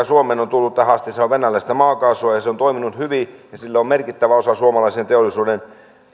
suomeen on tullut tähän asti on venäläistä maakaasua ja se on toiminut hyvin ja sillä on merkittävä osa suomalaisen teollisuuden